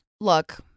look